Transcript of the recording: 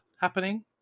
happening